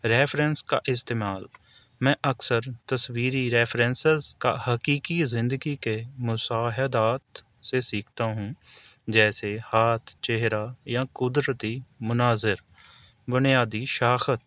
ریفریس کا استعمال میں اکثر تصویری ریفرینسز کا حقیقی زندگی کے مشاہدات سے سیکھتا ہوں جیسے ہاتھ چہرہ یا قدرتی مناظر بنیادی ساخت